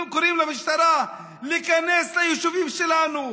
קוראים למשטרה להיכנס ליישובים שלנו,